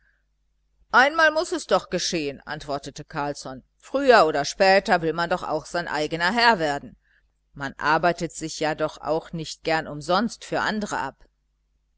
einmal muß es doch geschehen antwortete carlsson früher oder später will man doch auch sein eigener herr werden man arbeitet sich ja doch auch nicht gern umsonst für andre ab